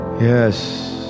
Yes